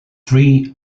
three